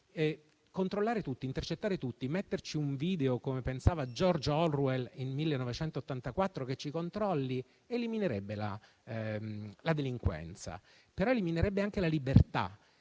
Controllare tutti, intercettare tutti, mettere un video - come pensava George Orwell in «1984» - che ci controlla, eliminerebbe la delinquenza, ma eliminerebbe anche la libertà.